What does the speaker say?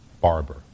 Barber